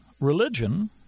religion